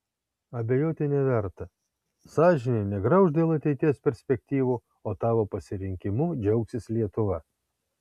abejoti neverta sąžinė negrauš dėl ateities perspektyvų o tavo pasirinkimu džiaugsis lietuva